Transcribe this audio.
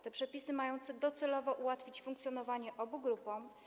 Te przepisy mają docelowo ułatwić funkcjonowanie obu grupom.